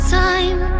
time